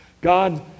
God